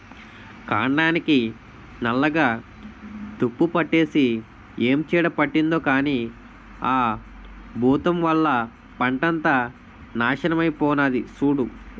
కాండానికి నల్లగా తుప్పుపట్టేసి ఏం చీడ పట్టిందో కానీ ఆ బూతం వల్ల పంటంతా నాశనమై పోనాది సూడూ